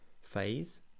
phase